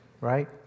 Right